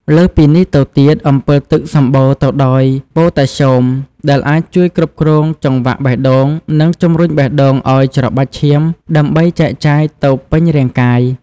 លើសពីនេះទៅទៀត អម្ពិលទឹកសម្បូរទៅដោយប៉ូតាស្យូមដែលអាចជួយគ្រប់គ្រងចង្វាក់បេះដូង និងជំរុញបេះដូងឱ្យច្របាច់ឈាមដើម្បីចែកចាយទៅពេញរាងកាយ។